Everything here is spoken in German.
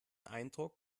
eindruck